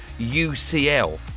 UCL